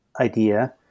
idea